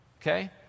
okay